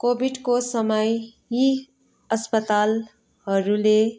कोभिडको समय यी अस्पतालहरूले